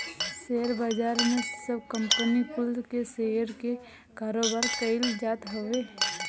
share बाजार में सब कंपनी कुल के शेयर के कारोबार कईल जात हवे